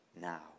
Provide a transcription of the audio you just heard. now